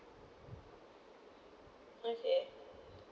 okay